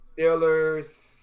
Steelers